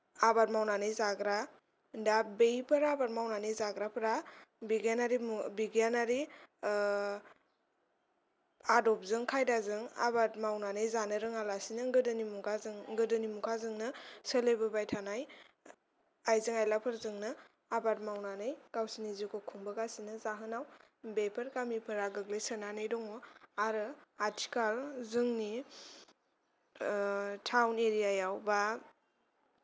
आबाद मावनानै जाग्रा दा बैफोर आबाद मावनानै जाग्राफोरा बिगियानारि मु बिगियानारि ओ आदबजों खायदाजों आबाद मावनानै जानो रोङालासिनो गोदोनि मुगाजों गोदोनि मुगाजोंनो सोलिबोबाय थानाय आइजें आइलाफोरजोंनो आबाद मावनानै गावसोरनि जिउखौ खुंबोगासिनो जाहोनाव बेफोर गामिफोरा गोग्लैसोना दङ' आरो आथिखाल जोंनि ओ थाउन एरियायाव बा